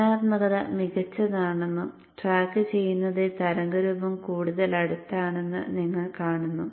ചലനാത്മകത മികച്ചതാണെന്നും ട്രാക്കുചെയ്യുന്നതിൽ തരംഗരൂപം കൂടുതൽ അടുത്താണെന്ന് നിങ്ങൾ കാണുന്നു